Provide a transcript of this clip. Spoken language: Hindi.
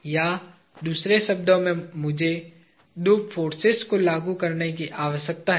या दूसरे शब्दों में मुझे दो फोर्सेज को लागू करने की आवश्यकता है